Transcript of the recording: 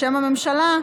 בשם הממשלה,